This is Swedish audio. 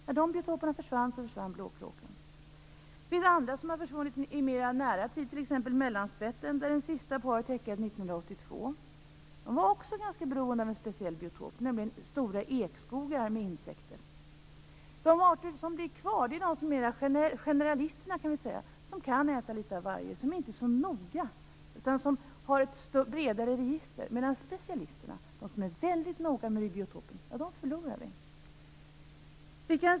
När dessa biotoper försvann, så försvann blåkråkan också. Det finns andra som har försvunnit mer nära i tiden, t.ex. mellanspetten. Det sista paret häckade 1982. Men vi förlorar specialisterna, de som är väldigt noga med biotopen.